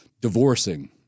divorcing